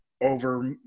over –